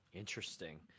Interesting